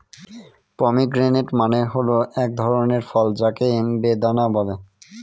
pomegranate মানে হল এক ধরনের ফল যাকে বেদানা বলে